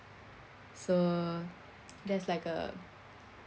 so there's like a